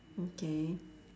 okay